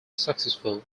successful